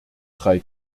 drei